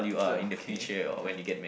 okay ya